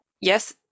Yes